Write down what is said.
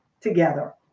together